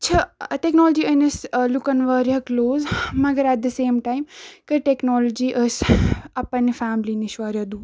چھِ ٹٮ۪کنالجی أنۍ اَسہِ لُکَن واریاہ کٕلوز مگر ایٹ دَ سیم ٹایم کٔرۍ ٹٮ۪کنالجی أسۍ اَ پنٛنہِ فیملی نِش واریاہ دوٗر